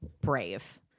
brave